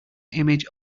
image